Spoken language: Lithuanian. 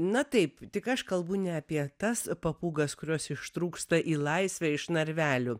na taip tik aš kalbu ne apie tas papūgas kurios ištrūksta į laisvę iš narvelių